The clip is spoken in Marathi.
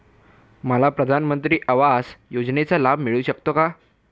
मला प्रधानमंत्री आवास योजनेचा लाभ मिळू शकतो का?